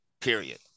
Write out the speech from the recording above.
Period